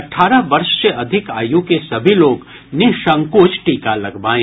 अठारह वर्ष से अधिक आयु के सभी लोग निःसंकोच टीका लगवाएं